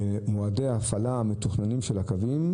ומועדי ההפעלה המתוכננים של הקווים,